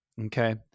okay